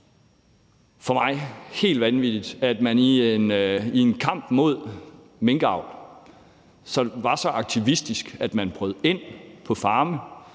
for mig helt vanvittigt, at man i en kamp mod minkavl var så aktivistisk, at man brød ind på farme.